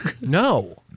No